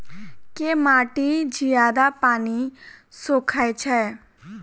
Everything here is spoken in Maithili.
केँ माटि जियादा पानि सोखय छै?